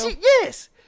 Yes